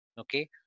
okay